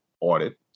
audit